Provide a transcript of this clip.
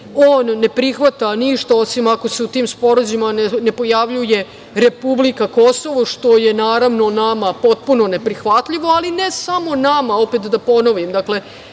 on ne prihvata ništa osim ako se u tim sporazumima ne pojavljuje republika Kosovo, što je naravno nama potpuno neprihvatljivo, ali ne samo nama. Opet da ponovim,